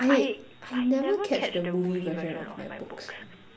I I never catch the movie version of my books